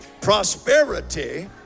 prosperity